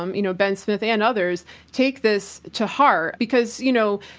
um you know, ben smith and others take this to heart because, you know,